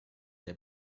der